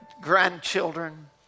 grandchildren